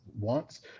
wants